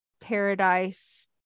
paradise